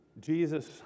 Jesus